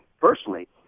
personally